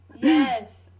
Yes